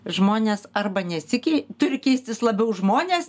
žmonės arba nesikei turi keistis labiau žmones